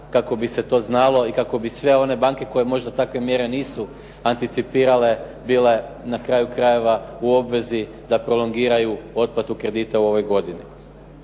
kako bi se to znalo i kako bi sve one banke koje možda takve mjere nisu anticipirale bile na kraju krajeve u obvezi da prolongiraju otplatu kredita u ovoj godini.